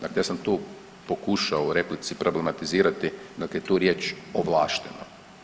Dakle, ja sam tu pokušao u replici problematizirati dakle tu riječ ovlašteno.